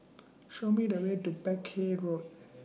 Show Me The Way to Peck Hay Road